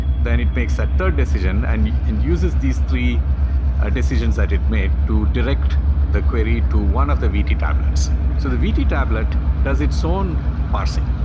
then it makes that third decision and and uses these three ah decisions that it made to direct the query to one of the vt tablets so the vt tablet does its own parsing.